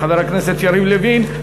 חבר הכנסת יריב לוין.